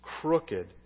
crooked